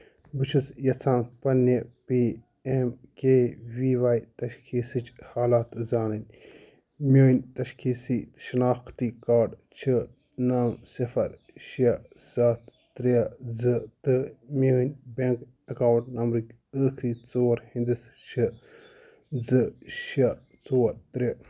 بہٕ چھُس یژھان پنٛنہِ P M K V Y تشخیصٕچ حالات زانٕنۍ میٛٲنۍ تشخیصی شناختی کارڈ چھِ نَو صِفر شےٚ سَتھ ترٛےٚ زٕ تہٕ میٛٲنۍ بٮ۪نٛک اٮ۪کاوُنٛٹ نمبرٕکۍ ٲخری ژور ہِنٛدٕس چھِ زٕ شےٚ ژور ترٛےٚ